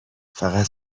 فقط